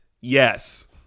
Yes